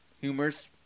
Humors